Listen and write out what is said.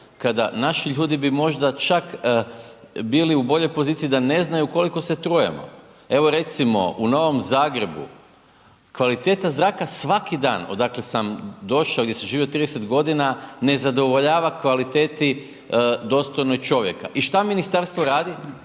kada naši ljudi bi možda čak bili u boljoj poziciji da ne znaju koliko se trujemo. Evo recimo u Novom Zagrebu kvaliteta zraka svaki dan odakle sam došao, gdje sam živio 30 godina ne zadovoljava kvaliteti dostojnoj čovjeka i šta ministarstvo radi